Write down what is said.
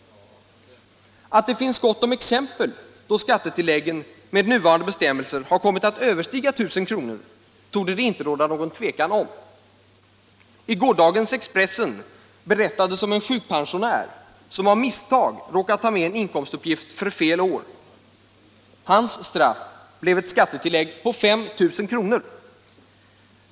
Att det finns gott om exempel på att skattetillägg med nuvarande bestämmelser har kommit att överstiga I 000 kr. torde det inte råda någon tvekan om. I gårdagens nummer av Expressen berättades om en sjukpensionär som av misstag råkat ta med en inkomstuppgift för fel år. Hans straff blev ett skattetillägg på 5 000 kr.